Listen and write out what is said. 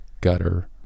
gutter